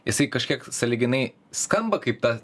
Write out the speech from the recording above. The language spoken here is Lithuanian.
jisai kažkiek sąlyginai skamba kaip ta